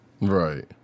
Right